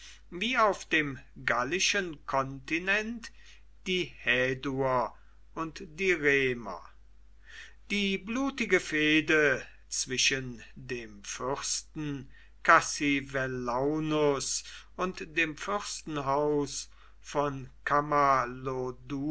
wie auf dem gallischen kontinent die häduer und die reiner die blutige fehde zwischen dem fürsten cassivellaunus und dem fürstenhaus von